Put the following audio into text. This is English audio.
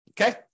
Okay